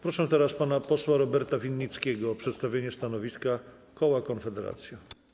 Proszę teraz pana posła Roberta Winnickiego o przedstawienie stanowiska koła Konfederacja.